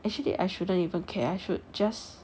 actually I shouldn't even care I should just